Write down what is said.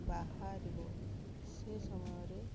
ବାହାରିବ ସେ ସମୟରେ